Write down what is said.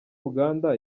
uganda